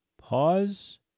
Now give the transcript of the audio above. Pause